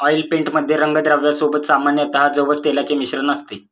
oil paint मध्ये रंगद्रव्या सोबत सामान्यतः जवस तेलाचे मिश्रण असते